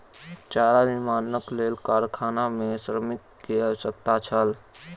चारा निर्माणक लेल कारखाना मे श्रमिक के आवश्यकता छल